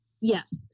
yes